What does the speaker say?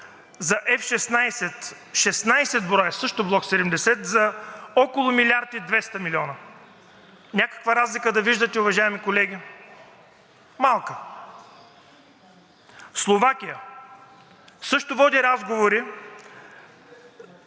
за F-16 – 16 броя, също Block 70, за около 1 милиард 200 милиона. Някаква разлика да виждате, уважаеми колеги, малка?! Словакия също води разговори